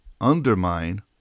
undermine